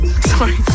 Sorry